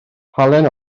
halen